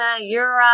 Europe